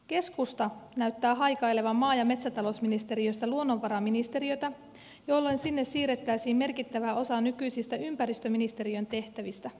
keskusta näyttää haikailevan maa ja metsätalousministeriöstä luonnonvaraministeriötä jolloin sinne siirretäisiin merkittävä osa nykyisistä ympäristöministeriön tehtävistä